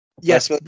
Yes